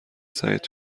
سعیت